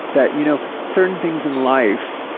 that, you know, certain things in life